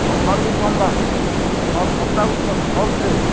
ସୋମବାରକୁ ସୋମବାର ସପ୍ତାହକୁ ଥରୁଟେ